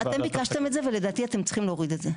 אתם ביקשתם את זה ולדעתי אתם צריכים להוריד את זה.